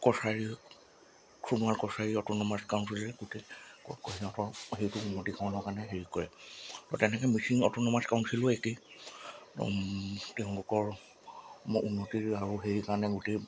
Kachari Sonowal Kachari autonomous কাউন্সিলে গোটেই সিহঁতৰ সেইটো উন্নতিকৰণৰ কাৰণে হেৰি কৰে তো তেনেকৈ মিচিং অট'নমাছ কাউন্সিলো একেই তেওঁলোকৰ উন্নতি আৰু হেৰিৰ কাৰণে গোটেই